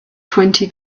twenty